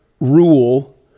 rule